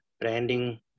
branding